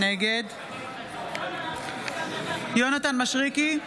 נגד יונתן מישרקי,